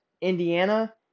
Indiana